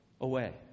away